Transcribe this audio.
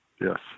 yes